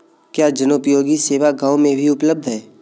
क्या जनोपयोगी सेवा गाँव में भी उपलब्ध है?